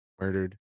murdered